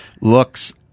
looks